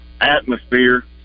atmosphere